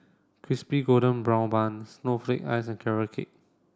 Crispy Golden Brown Bun Snowflake Ice and carrot cake